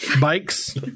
Bikes